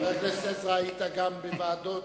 חבר הכנסת עזרא, היית גם בוועדות